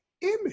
image